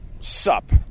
sup